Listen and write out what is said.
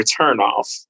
turnoff